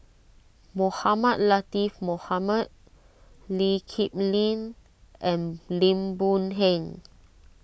Mohamed Latiff Mohamed Lee Kip Lin and Lim Boon Heng